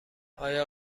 آیا